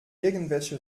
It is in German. irgendwelche